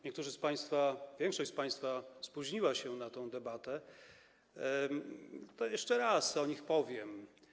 Niektórzy z państwa, większość z państwa, spóźnili się na tę debatę, wobec tego jeszcze raz o nich powiem.